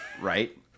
Right